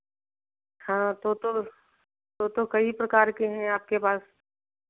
हाँ तो तो तो तो कई प्रकार के हैं आपके पास